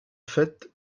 fait